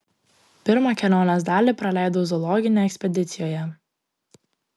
pirmą kelionės dalį praleidau zoologinėje ekspedicijoje